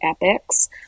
epics